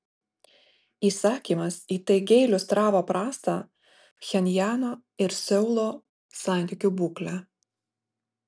įsakymas įtaigiai iliustravo prastą pchenjano ir seulo santykių būklę